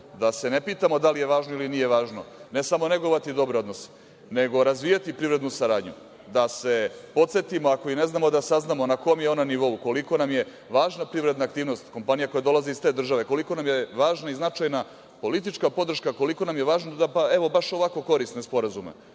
Da se ne pitamo da li je važno ili nije važno, ne samo negovati dobre odnose, nego razvijati privrednu saradnju. Da se podsetimo, ako ih ne znamo da saznamo na kom je ona nivou, koliko nam je važna privredna aktivnost kompanija koja dolazi iz te države, koliko nam je važna i značajna politička podrška, koliko nam je važna, evo baš ovakve korisne sporazume,